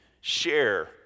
share